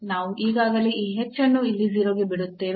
ನಾವು ಈಗಾಗಲೇ ಈ h ಅನ್ನು ಇಲ್ಲಿ 0 ಗೆ ಬಿಡುತ್ತೇವೆ